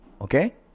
Okay